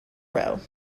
row